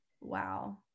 Wow